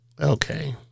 Okay